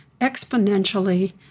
exponentially